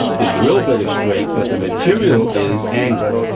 the drill bit is straight, but the material is angled.